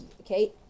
Okay